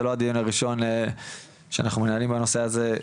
זה לא הדיון הראשון שאנחנו מנהלים בנושא הזה,